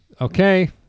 Okay